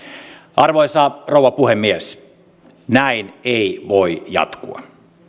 arvoisa rouva puhemies näin ei voi jatkua